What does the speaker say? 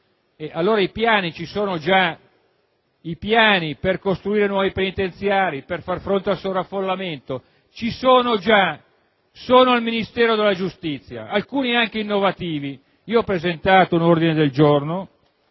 vareremo i piani. I piani per costruire nuovi penitenziari e per far fronte al sovraffollamento ci sono già, sono al Ministero della giustizia, alcuni anche innovativi. Io ho presentato l'ordine del giorno